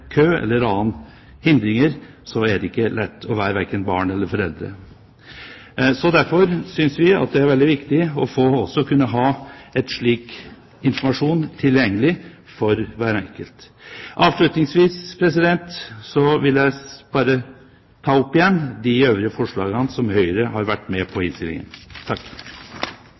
kø eller andre hindringer for å få hentet, er det ikke lett å være verken barn eller foreldre. Derfor synes vi det er veldig viktig også å kunne ha slik informasjon tilgjengelig for hver enkelt. Avslutningsvis vil jeg ta opp Høyres forslag. Representanten Lars Bjarne Tvete har tatt opp det forslag han refererte til, og som